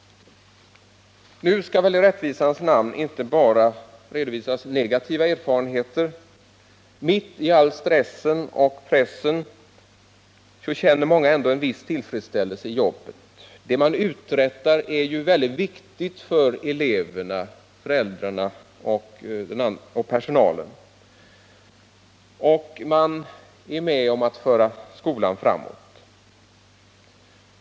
Nu skall väl i rättvisans namn inte bara redovisas negativa erfarenheter. Mitt i all stressen och pressen känner många ändå en viss tillfredsställelse i jobbet. Det man uträttar är ju väldigt viktigt för eleverna, föräldrarna och personalen, och man är med om att föra skolan framåt.